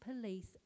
police